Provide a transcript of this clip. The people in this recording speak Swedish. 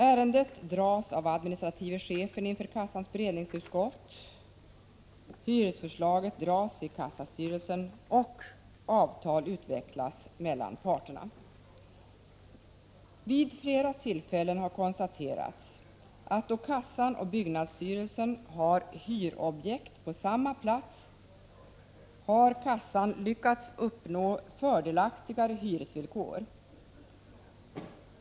Vid flera tillfällen har konstaterats att då kassan och byggnadsstyrelsen har departementets område hyrobjekt på samma plats har kassan lyckats uppnå fördelaktigare hyresvill kor.